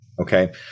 Okay